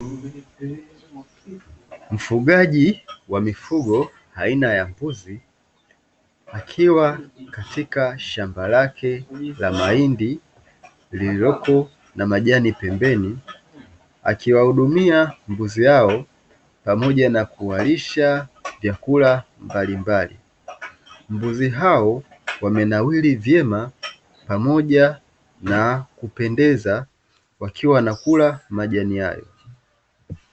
Mfugaji wa mifugo aina ya mbuzi, akiwa katika shamba lake la mahindi lililoko na majani pembeni, akiwahudumia mbuzi hao pamoja na kuwalisha vyakula mbalimbali, mbuzi hao wamenawiri vyema pamoja na kupendeza, wakiwa wanakula majani hayo.